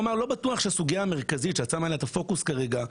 כלומר לא בטוח שהסוגיה המרכזית שאת שמה עליה את הפוקוס כרגע,